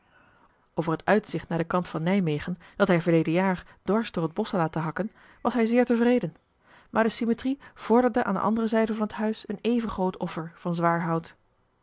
over het uitzicht naar den kant van nijmegen dat hij verleden jaar dwars door het bosch had laten hakken was hij zeer tevreden maar de symmetrie vorderde aan de andere zijde van het huis een even groot offer van zwaar hout